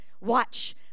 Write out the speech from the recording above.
Watch